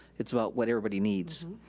it's about what everybody needs.